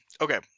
Okay